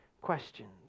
questions